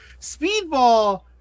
Speedball